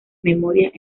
memorias